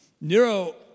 Nero